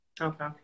Okay